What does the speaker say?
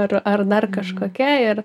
ar ar dar kažkokia ir